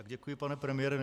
Děkuji, pane premiére.